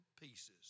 pieces